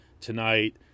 tonight